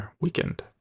weekend